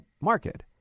market